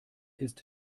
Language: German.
ist